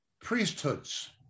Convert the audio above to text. priesthoods